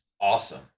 awesome